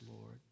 Lord